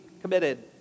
committed